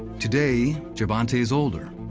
today, gervonta's older,